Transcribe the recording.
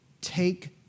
take